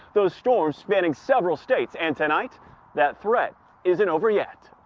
those storms spanning several states. and tonight that threat isn't over yet.